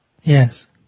Yes